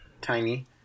tiny